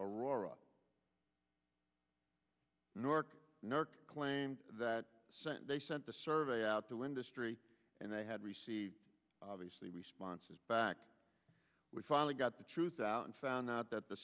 aurora nork nerk claimed that they sent the survey out the window street and they had received obviously responses back we finally got the truth out and found out that the